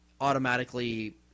automatically